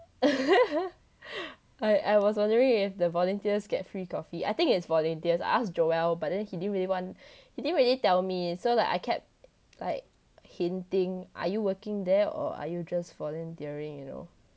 I I was wondering if the volunteers get free coffee I think it's volunteers I asked joel but then he didn't really want he didn't really tell me so like I kept like hinting are you working there or are you just volunteering you know